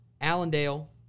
Allendale